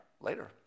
later